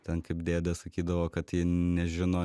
ten kaip dėdė sakydavo kad ji nežino